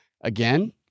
Again